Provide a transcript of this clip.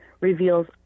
reveals